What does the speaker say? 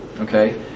Okay